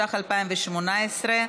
התשע"ח 2018,